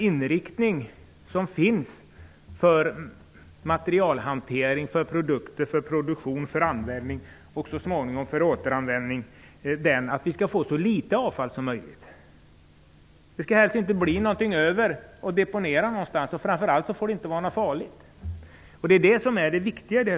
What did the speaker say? Inriktningen för materialhantering, produkter, produktion, användning och så småningom för återanvändning är att vi skall få så litet avfall som möjligt. Det skall helst inte bli någonting över som skall deponeras någonstans. Det får framför allt inte vara farligt. Detta är viktigt.